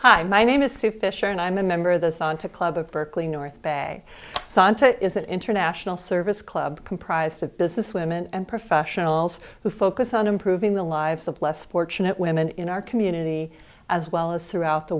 hi my name is sue fisher and i'm a member of the sonship club of berkeley north bay santa it is an international service club comprised of business women and professionals who focus on improving the lives of less fortunate women in our community as well as throughout the